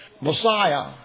Messiah